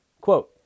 Quote